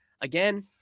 again